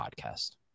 podcast